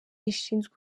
rishinzwe